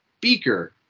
Beaker